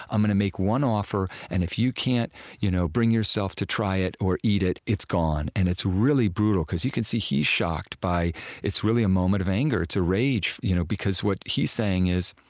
i'm gonna make one offer, and if you can't you know bring yourself to try it or eat it, it's gone. and it's really brutal, because you can see, he's shocked by it's really a moment of anger, it's a rage you know because what he's saying is,